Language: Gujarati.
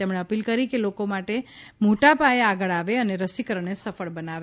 તેમણે અપીલ કરી કે લોકો મોટા પાયે આગળ આવે અને રસીકરણને સફળ બનાવે